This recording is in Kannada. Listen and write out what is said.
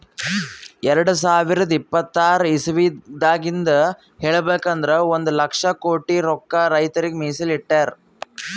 ಎರಡ ಸಾವಿರದ್ ಇಪ್ಪತರ್ ಇಸವಿದಾಗಿಂದ್ ಹೇಳ್ಬೇಕ್ ಅಂದ್ರ ಒಂದ್ ಲಕ್ಷ ಕೋಟಿ ರೊಕ್ಕಾ ರೈತರಿಗ್ ಮೀಸಲ್ ಇಟ್ಟಿರ್